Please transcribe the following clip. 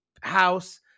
house